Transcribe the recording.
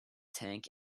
tank